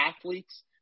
athletes